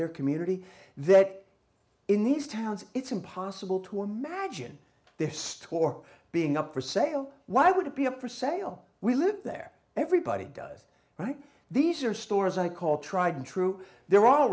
their community that in these towns it's impossible to imagine this store being up for sale why would it be up for sale we live there everybody does right these are stores i call tried and true they're all